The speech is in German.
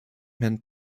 herrn